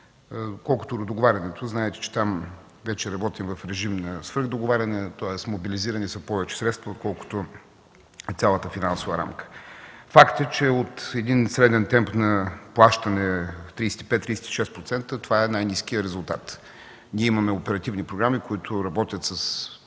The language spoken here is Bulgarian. Относно договарянето – знаете, че там вече работим в режим на свръхдоговаряне, тоест мобилизирани са повече средства, отколкото е цялата финансова рамка. Факт е, че от един среден темп на плащане – 35-36%, това е най-ниският резултат. Имаме оперативни програми, които работят с